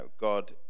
God